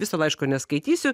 viso laiško neskaitysiu